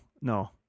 no